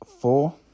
four